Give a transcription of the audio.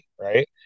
right